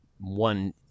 one